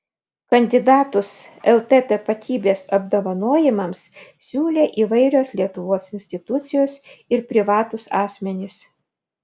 kandidatus lt tapatybės apdovanojimams siūlė įvairios lietuvos institucijos ir privatūs asmenys